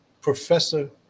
professor